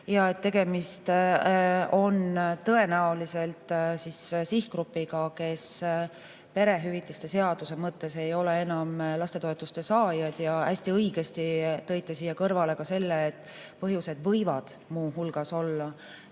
Jaa, tegemist on tõenäoliselt sihtgrupiga, kes perehüvitiste seaduse mõttes ei ole enam lastetoetuse saaja. Hästi õigesti tõite siia kõrvale selle, et põhjused võivad muu hulgas olla